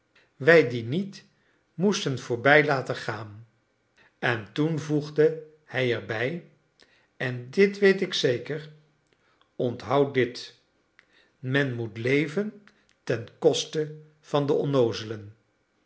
wij die niet moesten voorbij laten gaan en toen voegde hij er bij en dit weet ik zeker onthoud dit men moet leven ten koste van de onnoozelen